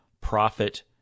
profit